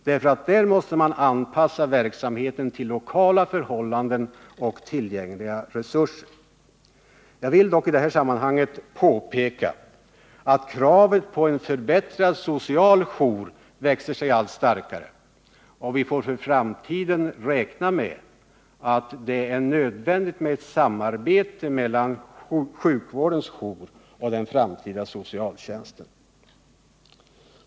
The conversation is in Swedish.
På detta område måste verksamheten anpassas efter lokala förhållanden och tillgängliga resurser. Jag vill dock i det här sammanhanget påpeka att kravet på en förbättrad social jour växer sig allt starkare. Vi får för framtiden räkna med att det är nödvändigt med samarbete mellan sjukvårdens jour och den framtida socialtjänsten.